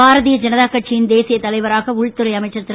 பாரதீய ஜனதா கட்சியின் தேசிய தலைவராக உள்துறை அமைச்சர் திரு